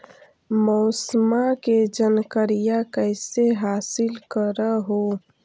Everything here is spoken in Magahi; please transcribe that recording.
मौसमा के जनकरिया कैसे हासिल कर हू?